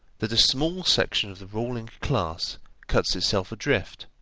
that a small section of the ruling class cuts itself adrift,